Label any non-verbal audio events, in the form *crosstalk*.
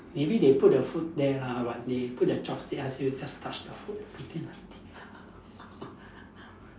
maybe they put the food there lah but they put the chopsticks ask you just touch the food pretend nothing lah *laughs*